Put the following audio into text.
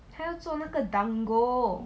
还要做那个 dango